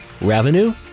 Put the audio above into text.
revenue